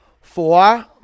Four